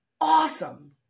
awesome